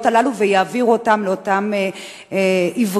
הללו ויעבירו אותן לאותם עיוורים.